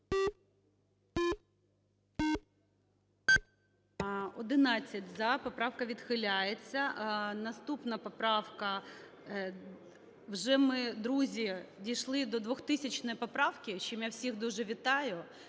За-11 Поправка відхиляється. Наступна поправка… Вже ми, друзі, дійшли до 2000 поправки, з чим я всіх дуже вітаю.